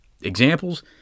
Examples